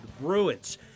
Bruins